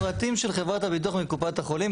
עכשיו נתנו לך את הפרטים של חברת הביטוח מקופת החולים,